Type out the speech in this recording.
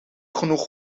genoeg